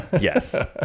yes